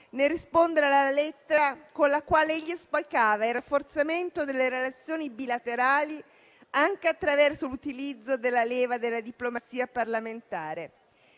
nel rispondere alla lettera con la quale auspicava il rafforzamento delle relazioni bilaterali, anche attraverso l'utilizzo della leva della diplomazia parlamentare.